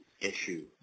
issue